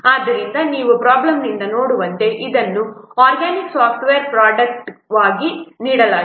ಆದ್ದರಿಂದ ನೀವು ಪ್ರಾಬ್ಲಮ್ನಿಂದ ನೋಡುವಂತೆ ಇದನ್ನು ಆರ್ಗ್ಯಾನಿಕ್ ಸಾಫ್ಟ್ವೇರ್ ಪ್ರೊಡಕ್ಟ್ವಾಗಿ ನೀಡಲಾಗಿದೆ